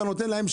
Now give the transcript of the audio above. אתה נותן להם,